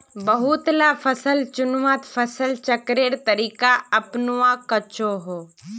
बहुत ला फसल चुन्वात फसल चक्रेर तरीका अपनुआ कोह्चे